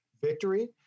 victory